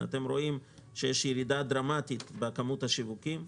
אתם רואים שיש ירידה דרמטית בכמות השיווקים.